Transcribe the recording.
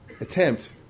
attempt